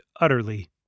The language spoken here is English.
utterly